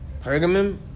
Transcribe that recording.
Pergamum